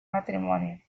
matrimonio